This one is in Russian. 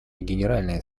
генеральной